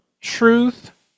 truth